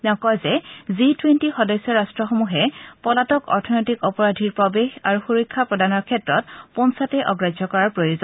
তেওঁ কয় যে জি টুৱেণ্টি সদস্য ৰাষ্ট্সমূহে পলাতক অৰ্থনৈতিক অপৰাধীৰ প্ৰৱেশ আৰু সূৰক্ষা প্ৰদানৰ ক্ষেত্ৰত পোনছাটেই অগ্ৰাহ্য কৰাৰ প্ৰয়োজন